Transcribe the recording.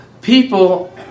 people